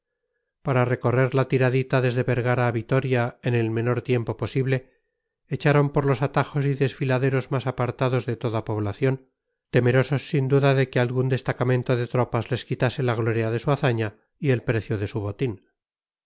para recorrer la tiradita desde vergara a vitoria en el menor tiempo posible echaron por los atajos y desfiladeros más apartados de toda población temerosos sin duda de que algún destacamento de tropas les quitase la gloria de su hazaña y el precio de su botín